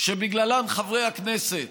שבגללן חברי הכנסת,